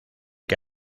que